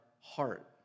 heart